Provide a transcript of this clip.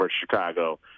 Chicago